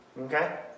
okay